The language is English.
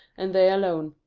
and they alone.